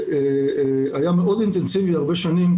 שהיה מאוד אינטנסיבי הרבה שנים,